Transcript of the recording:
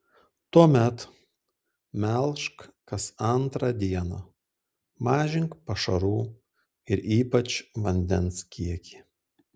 tuomet melžk kas antrą dieną mažink pašarų ir ypač vandens kiekį